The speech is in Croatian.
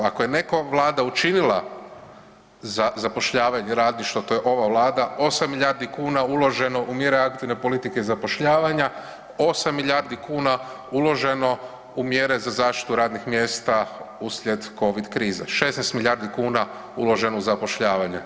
Ako je neka vlada učinila za zapošljavanje radništva to je ova vlada, 8 milijardi kuna uloženo u mjere aktivne politike zapošljavanja, 8 milijardi kuna uloženo u mjere za zaštitu radnih mjesta uslijed covid krize, 16 milijardi kuna uloženo u zapošljavanje.